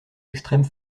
extrêmes